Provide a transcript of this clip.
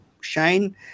Shane –